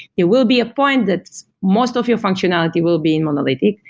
there will be a point that most of your functionality will be in monolithic,